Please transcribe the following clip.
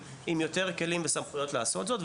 או שלושה על מוקד 105 והתייחסתי בזמנו לנושא של דוברי ערבית